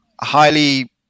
highly